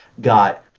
got